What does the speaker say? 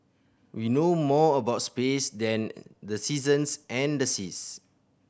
we know more about space than the seasons and the seas